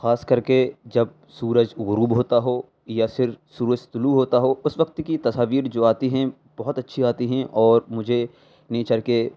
خاص کر کے جب سورج غروب ہوتا ہو یا سر سورج طلوع ہوتا ہو اس وقت کی تصاویر جو آتی ہیں بہت اچّھی آتی ہیں اور مجھے نیچر کے